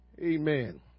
Amen